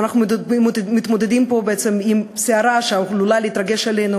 אנחנו מתמודדים פה בעצם עם סערה שעלולה להתרגש עלינו